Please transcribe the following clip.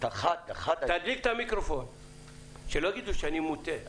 שלא יגידו שאני מוטה.